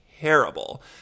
terrible